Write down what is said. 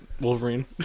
Wolverine